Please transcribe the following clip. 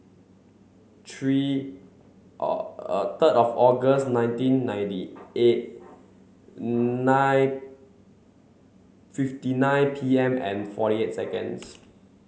three third of August nineteen ninety eight nine fifty nine P M and forty eight seconds